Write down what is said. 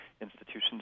institutions